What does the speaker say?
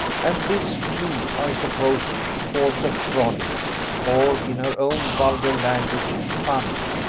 and this, too, i suppose she calls a frolic or, in her own vulgar language, fun.